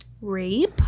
rape